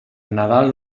nadal